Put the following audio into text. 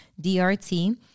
D-R-T